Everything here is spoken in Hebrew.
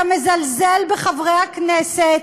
אתה מזלזל בחברי הכנסת,